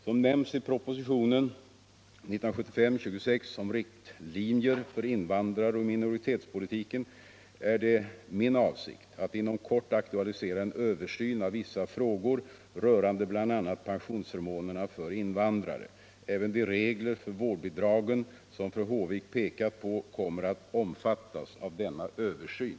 Som nämnts i propositionen 1975:26 om riktlinjer för invandraroch minoritetspolitiken är det min avsikt att inom kort aktualisera en översyn av vissa frågor rörande bl.a. pensionsförmånerna för invandrare. Även de regler för vårdbidragen som fru Håvik pekat på kommer att omfattas av denna översyn.